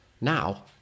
Now